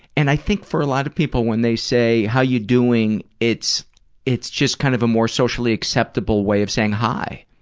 and i think for a lot of people when they say how are you doing? it's it's just kind of a more socially acceptable way of saying hi.